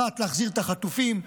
להחזיר את החטופים,